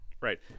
right